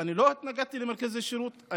אני לא התנגדתי למרכזי שירות.